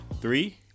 three